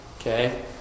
Okay